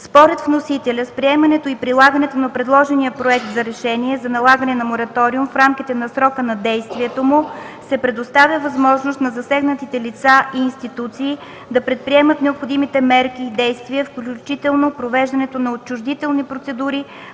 Според вносителя с приемането и прилагането на предложения проект за налагане на мораториум в рамките на срока на действието му се предоставя възможност на засегнатите лица и институции да предприемат необходимите мерки и действия, включително провеждането на отчуждителните процедури